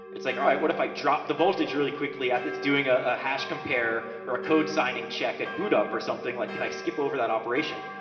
it's like, alright, what if i drop the voltage really quickly, as it's doing ah a hash compare, or a code signing check at bootup, or something. like, can i skip over that operation?